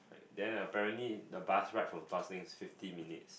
then apparently the bus ride from Tuas Link is fifty minutes